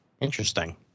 Interesting